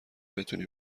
بتونی